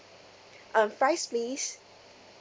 um fries please